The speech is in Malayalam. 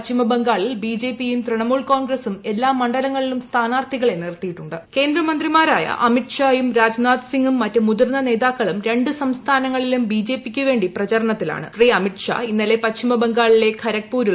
പശ്ചിമബംഗാളിൽ ബി ജെ പിയും തൃണമൂൽ കോൺഗ്രസ്സും എല്ലാ മണ്ഡലങ്ങളിലും സ്ഥാനാർത്ഥികളെ നിർത്തിയിട്ടുണ്ട കേന്ദ്രമന്ത്രിമാരായ അമിത് ഷായും രാജ്നാഥ് സിംഗും മറ്റ് മുതിർന്ന നേതാക്കളും രണ്ട് സംസ്ഥാനങ്ങളിലും ബി ജെ പി ക്കുവേണ്ടി ശ്രീ അമിത് ഷാ ഇന്നലെ പശ്ചിമബംഗാളിലെ പ്രചാരണത്തിലാണ്